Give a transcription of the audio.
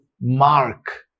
mark